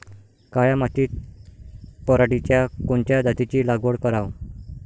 काळ्या मातीत पराटीच्या कोनच्या जातीची लागवड कराव?